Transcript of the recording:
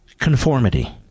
conformity